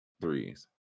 threes